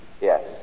yes